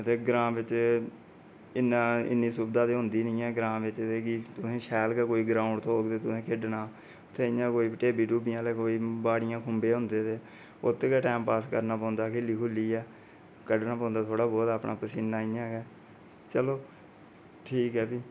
ते ग्रां बिच इन्नी सुविधा ते होंदी नीं ऐ कि तुसें गी शैल गै कोई ग्राउंड़ मिलग ते तुसें खेलना ते इ'यां कोई टिब्बे टुब्बे आह्ले बाड़ी खुम्बे होंदे उत्त गै टाईम पास करना पौंदा खेल्ली खूल्ली ऐ कड्ढना पौंदा थोह्ड़ा बहुत अपना पसीना इ'यां गै चलो ठीक ऐ फ्ही